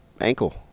ankle